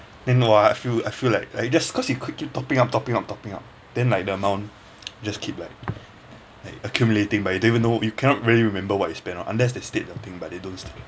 then now ah I feel I feel like I just cause you keep topping up topping up topping up then like the amount just keep like like accumulating but you don't even know you cannot really remember what you spend on unless they state the thing but they don't